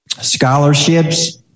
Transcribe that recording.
Scholarships